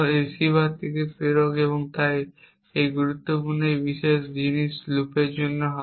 receiver থেকে প্রেরক তাই গুরুত্বপূর্ণ এই বিশেষ জিনিস লুপ জন্য হবে